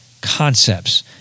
concepts